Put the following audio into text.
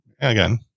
again